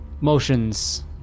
motions